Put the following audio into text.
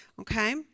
okay